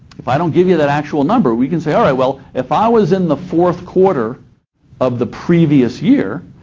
if i don't give you that actual number, we can say, all right, well if i was in the fourth quarter of the previous year,